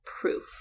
proof